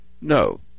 no